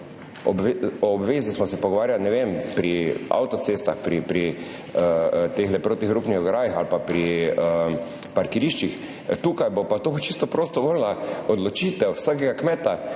o obvezi smo se pogovarjali, ne vem, pri avtocestah, pri teh protihrupnih ograjah ali pa pri parkiriščih, tukaj bo pa to čisto prostovoljna odločitev vsakega kmeta.